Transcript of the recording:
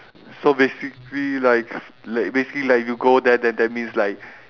so basically like like basically like if you go there then that means like